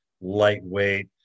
Lightweight